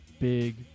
big